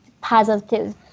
positive